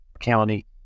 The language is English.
county